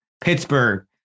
Pittsburgh